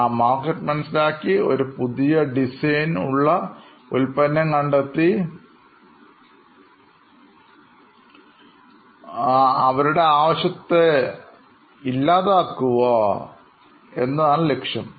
ആ മാർക്കറ്റ് മനസ്സിലാക്കി ഒരു പുതിയ ഡിസൈൻ ഉള്ള ഉൽപ്പന്നം കണ്ടെത്തി അവരുടെ ആവശ്യത്തെ ശമിപ്പിക്കുക എന്നതാണ് ലക്ഷ്യം